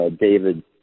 David